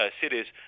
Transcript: cities